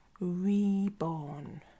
reborn